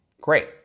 great